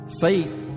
faith